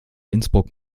innsbruck